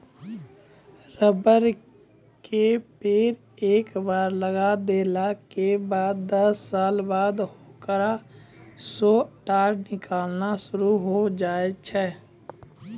rubber के पेड़ एक बार लगाय देला के बाद दस साल बाद होकरा सॅ टार निकालना शुरू होय जाय छै